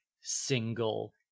single